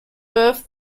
both